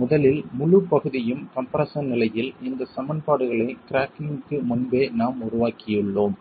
முதலில் முழுப் பகுதியும் கம்ப்ரெஸ்ஸன் நிலையில் இந்த சமன்பாடுகளை கிராக்கிங்க்கு முன்பே நாம் உருவாக்கியுள்ளோம்